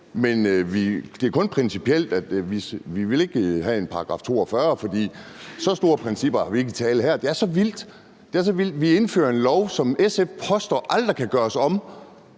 at det kun er principielt, og at man ikke vil have en § 42, for så store principper er der ikke tale om her. Det er så vildt, det er så vildt. Vi indfører en lov, som SF påstår aldrig kan gøres om,